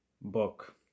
book